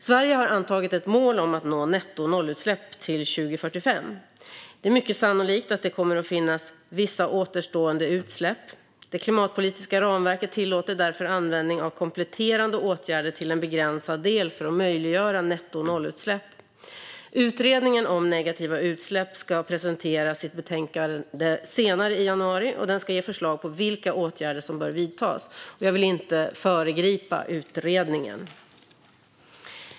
Sverige har antagit ett mål om att nå nettonollutsläpp till 2045. Det är mycket sannolikt att det kommer att finnas vissa återstående utsläpp. Det klimatpolitiska ramverket tillåter därför användning av kompletterande åtgärder till en begränsad del för att möjliggöra nettonollutsläpp. Utredningen om negativa utsläpp ska presentera sitt betänkande senare i januari, och den ska ge förslag på vilka åtgärder som bör vidtas. Jag vill inte föregripa utredningen.